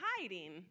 hiding